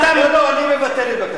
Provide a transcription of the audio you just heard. לא, לא, אני מבטל את בקשתי.